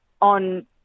on